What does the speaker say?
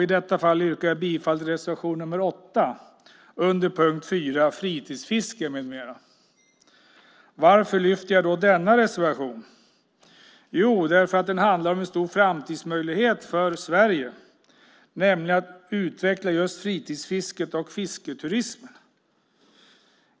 I detta fall yrkar jag bifall till reservation nr 8 under punkt 4, Fritidsfiske m.m. Varför lyfter jag då fram denna reservation? Jo, därför att den handlar om en stor framtidsmöjlighet för Sverige, nämligen att utveckla fritidsfisket och fisketurismen.